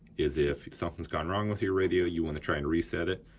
is if somethin's gone wrong with your radio, you wanna try and reset it,